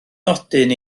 nodyn